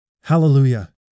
Hallelujah